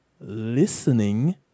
listening